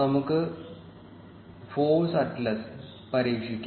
നമുക്ക് force atlas പരീക്ഷിക്കാം